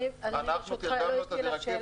תודה.